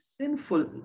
sinful